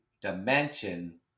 dimension